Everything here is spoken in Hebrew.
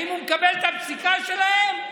האם הוא מקבל את הפסיקה שלהם,